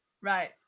right